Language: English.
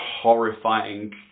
horrifying